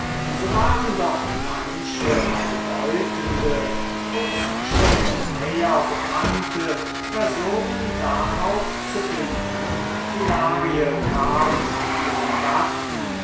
so waren doch manche bedeutende uns schon näher bekannte personen darauf zu finden hilarie kam mit ihrem gatten